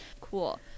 Cool